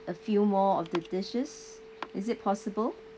a few more of the dishes is it possible